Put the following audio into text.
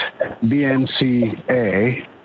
BNCA